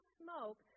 smoke